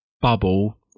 bubble